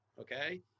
okay